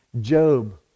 Job